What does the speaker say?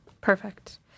Perfect